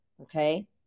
okay